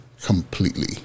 completely